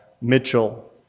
Mitchell